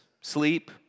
sleep